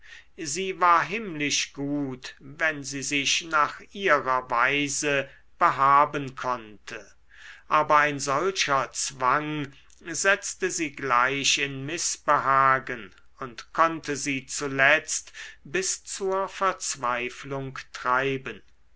sie war himmlisch gut wenn sie sich nach ihrer weise behaben konnte aber ein solcher zwang setzte sie gleich in mißbehagen und konnte sie zuletzt bis zur verzweiflung treiben